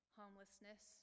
homelessness